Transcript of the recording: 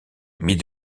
mis